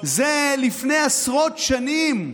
זה לפני עשרות שנים,